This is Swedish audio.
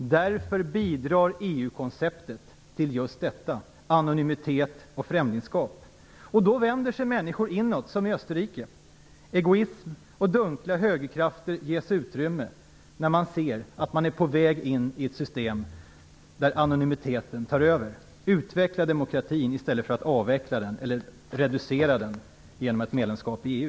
Därför bidrar EU-konceptet just till anonymitet och främlingskap. Då vänder sig människor inåt, som i Österrike. Egoism och dunkla högerkrafter ges utrymme när man ser att man är på väg in i ett system där anonymiteten tar över. Utveckla demokratin i stället för att avveckla eller reducera den genom ett medlemskap i EU!